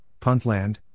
Puntland